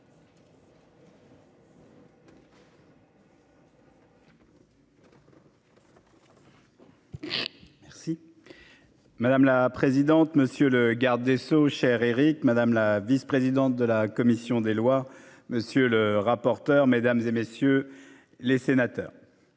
Merci. Madame la présidente, monsieur le garde des Sceaux, cher Éric. Madame la vice-présidente de la commission des lois. Monsieur le rapporteur, mesdames et messieurs les sénateurs.